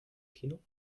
kino